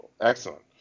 excellent